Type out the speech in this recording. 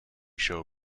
show